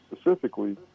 specifically